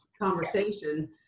conversation